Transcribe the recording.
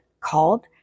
called